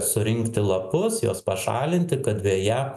surinkti lapus juos pašalinti kad veja